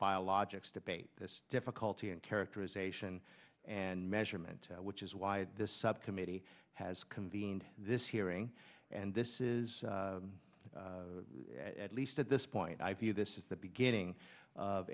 biologics debate this difficulty in characterization and measurement which is why this subcommittee has convened this hearing and this is at least at this point i view this is the beginning of